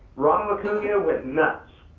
ron acuna went nuts.